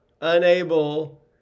unable